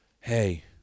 hey